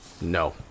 No